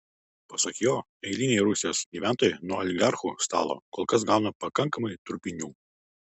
pasak jo eiliniai rusijos gyventojai nuo oligarchų stalo kol kas gauna pakankamai trupinių